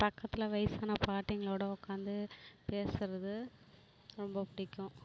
பக்கத்தில் வயசான பாட்டிங்களோடு உக்காந்து பேசுகிறது ரொம்ப பிடிக்கும்